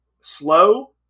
slow